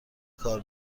کار